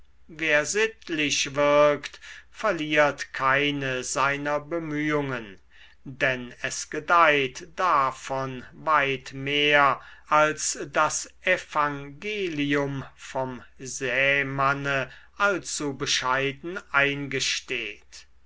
wer sittlich wirkt verliert keine seiner bemühungen denn es gedeiht davon weit mehr als das evangelium vom sämanne allzu bescheiden eingesteht